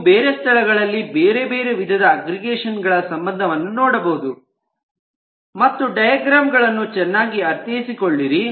ನೀವು ಬೇರೆ ಸ್ಥಳಗಳಲ್ಲಿ ಬೇರೆ ಬೇರೆ ವಿಧದ ಅಗ್ರಿಗೇಷನ್ ಗಳ ಸಂಬಂಧವನ್ನು ನೋಡಬಹುದು ಮತ್ತು ಡಯಾಗ್ರಾಮ್ ಗಳನ್ನೂ ಚೆನ್ನಾಗಿ ಆರ್ಥೈಸಿಕೊಳ್ಳಿರಿ